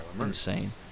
insane